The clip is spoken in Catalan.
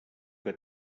que